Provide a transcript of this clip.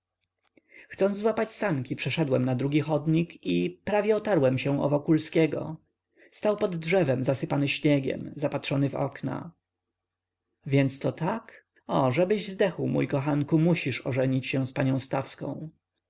chcąc złapać sanki przeszedłem na drugi chodnik i prawie otarłem się o wokulskiego stał pod drzewem zasypany śniegiem zapatrzony w okna więc to tak o żebyś zdechł mój kochanku musisz ożenić się z panią stawską